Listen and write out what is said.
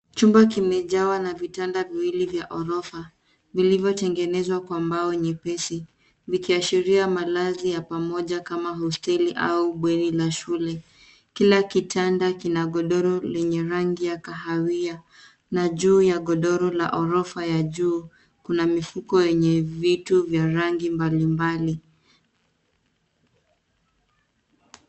Chumba kimejawa na vitanda viwili vya ghorofa vilivyotengenezwa kwa mbao nyepesi likiashiria malazi ya pamoja kama hosteli au bweni la shule. Kila kitanda kina godoro lenye rangi ya kahawia na juu ya godoro la ghorofa ya juu kuna mifuko enye vitu vya rangi mbalimbali.